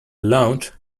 lounge